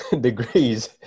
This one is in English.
degrees